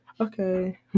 okay